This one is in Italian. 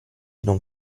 non